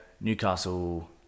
Newcastle